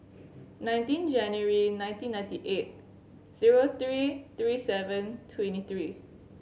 nineteen January nineteen ninety eight zero three three seven twenty three